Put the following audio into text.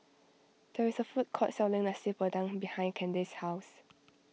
there is a food court selling Nasi Padang behind Candace's house